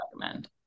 recommend